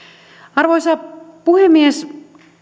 arvoisa puhemies